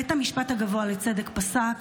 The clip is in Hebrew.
בית המשפט הגבוה לצדק פסק